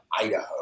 Idaho